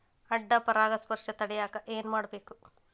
ಅಡ್ಡ ಪರಾಗಸ್ಪರ್ಶ ತಡ್ಯಾಕ ಏನ್ ಮಾಡ್ಬೇಕ್?